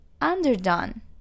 Underdone